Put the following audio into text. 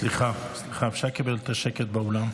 סליחה, אפשר לקבל שקט באולם?